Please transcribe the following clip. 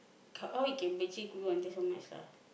how he can until so much lah